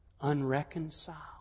Unreconciled